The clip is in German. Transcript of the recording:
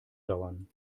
dauern